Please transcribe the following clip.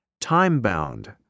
Time-bound